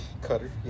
cutter